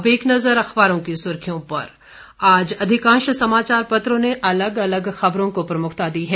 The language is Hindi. अब एक नजर अखबारों की सुर्खियों पर आज अधिकांश समाचार पत्रों ने अलग अलग खबरों को प्रमुखता दी है